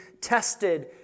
tested